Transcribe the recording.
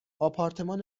آپارتمان